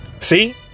See